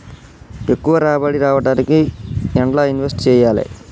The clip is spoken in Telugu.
ఎక్కువ రాబడి రావడానికి ఎండ్ల ఇన్వెస్ట్ చేయాలే?